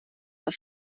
the